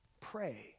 pray